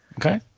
Okay